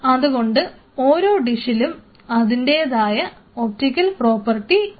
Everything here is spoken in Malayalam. അതുകൊണ്ട് ഓരോ ഡിഷിനും അതിൻറെതായ് ഒപ്റ്റിക്കൽ പ്രോപ്പർട്ടി ഉണ്ട്